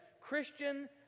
Christian